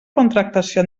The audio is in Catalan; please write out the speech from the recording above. contractació